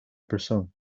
persoon